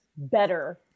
Better